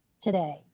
today